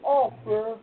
offer